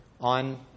on